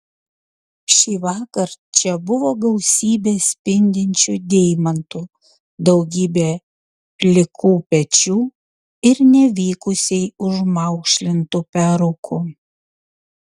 šįvakar čia buvo gausybė spindinčių deimantų daugybė plikų pečių ir nevykusiai užmaukšlintų perukų